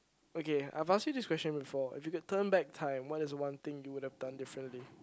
okay I've asked you this question before if you could turn back time what is one thing you would have done differently